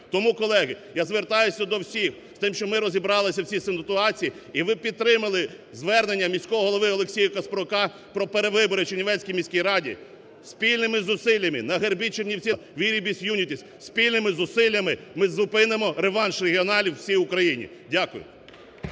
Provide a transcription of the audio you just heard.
Тому, колеги, я звертаюся до всіх з тим, щоб ми розібралися в цій ситуації і ви підтримали звернення міського голови Олексія Каспрука про перевибори в Чернівецькій міській раді. Спільними зусиллями на гербі Чернівців написано "Viribus unitis". Спільними зусиллями ми зупинимо реванш регіоналів у всій Україні. Дякую.